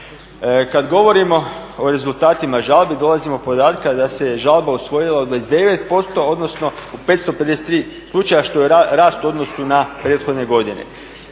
Kada govorimo o rezultatima žalbi dolazimo do podatka da se žalba usvojila od 29% odnosno u 553 slučaja što je rast u odnosu na prethodne godine.